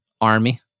Army